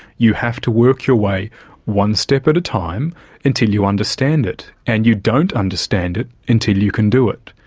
you have to work your way one step at a time until you understand it. and you don't understand it until you can do it.